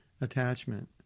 attachment